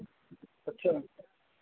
अच्छा